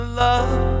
love